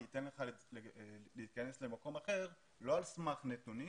אני אתן לך להיכנס למקום אחר לא על סמך נתונים,